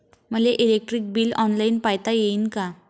मले electric bill online पायता येईन का?